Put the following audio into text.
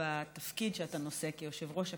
בתפקיד שאתה נושא כיושב-ראש הכנסת,